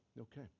okay